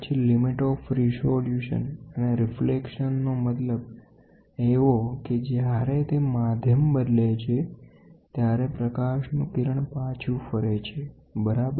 પછી limit of resolution અને reflection નો મતલબ એવો કે જ્યારે તે માધ્યમ બદલે છે ત્યારે પ્રકાશનું કિરણ પાછું ફરે છે બરાબર